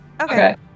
Okay